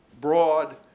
broad